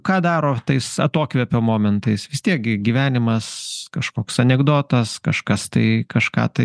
ką daro tais atokvėpio momentais vistiek gi gyvenimas kažkoks anekdotas kažkas tai kažką tai